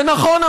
זה נכון,